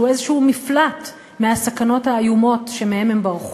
שהוא מפלט כלשהו מהסכנות האיומות שמהן ברחו,